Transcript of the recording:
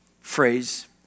phrase